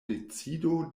decido